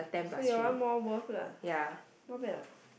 so your one more worth lah not bad what